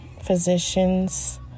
physicians